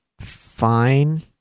fine